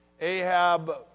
Ahab